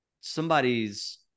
somebody's